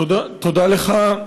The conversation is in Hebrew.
תודה לך,